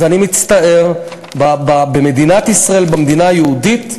אז אני מצטער, במדינת ישראל, במדינה היהודית,